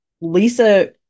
Lisa